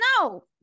no